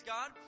God